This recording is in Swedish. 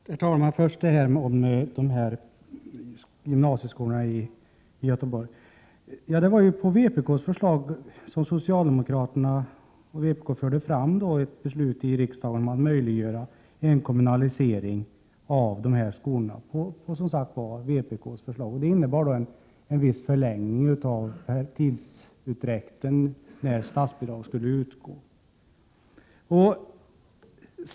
Herr talman! Jag vill först säga några ord om gymnasieskolorna i Göteborg. Det var på vpk:s förslag som socialdemokraterna och vpk fick fram ett beslut i riksdagen om att möjliggöra en kommunalisering av dessa skolor. Det innebar en viss förlängning av tidsutdräkten för när statsbidrag skulle utgå.